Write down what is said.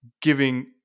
giving